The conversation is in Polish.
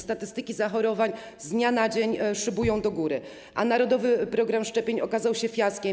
Statystyki zachorowań z dnia na dzień szybują do góry, a narodowy program szczepień okazał się fiaskiem.